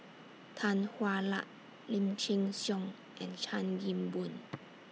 Tan Hwa Luck Lim Chin Siong and Chan Kim Boon